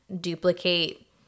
duplicate